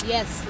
Yes